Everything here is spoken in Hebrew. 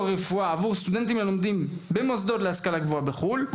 ברפואה עבור סטודנטים הלומדים במוסדות להשכלה גבוהה בחו"ל.